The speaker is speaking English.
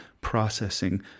processing